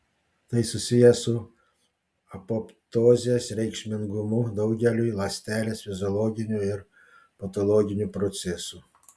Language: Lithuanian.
tai susiję su apoptozės reikšmingumu daugeliui ląstelės fiziologinių ir patologinių procesų